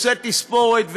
עושה תספורת,